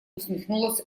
усмехнулась